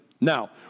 Now